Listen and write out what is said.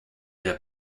der